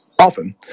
often